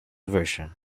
version